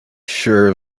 sure